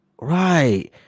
Right